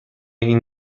این